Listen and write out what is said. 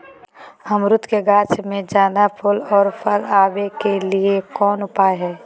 अमरूद के गाछ में ज्यादा फुल और फल आबे के लिए कौन उपाय है?